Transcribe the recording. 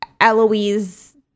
Eloise